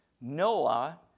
Noah